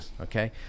okay